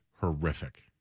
horrific